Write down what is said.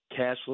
cashless